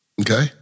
Okay